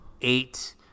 eight